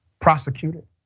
prosecuted